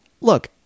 look